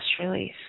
release